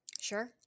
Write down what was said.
sure